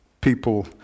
people